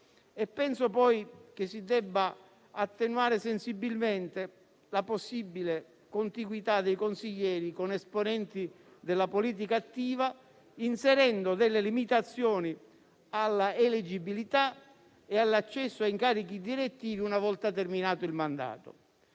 Penso, poi, che si debba attenuare sensibilmente la possibile contiguità dei consiglieri con esponenti della politica attiva, inserendo delle limitazioni alla eleggibilità e all'accesso a incarichi direttivi, una volta terminato il mandato.